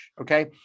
okay